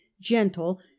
gentle